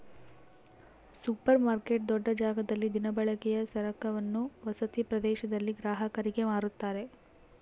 super market ದೊಡ್ಡ ಜಾಗದಲ್ಲಿ ದಿನಬಳಕೆಯ ಸರಕನ್ನು ವಸತಿ ಪ್ರದೇಶದಲ್ಲಿ ಗ್ರಾಹಕರಿಗೆ ಮಾರುತ್ತಾರೆ